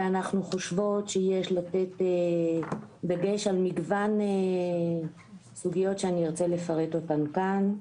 ואנחנו חושבות שיש לתת דגש על מגוון סוגיות שאני ארצה לפרט אותן כאן.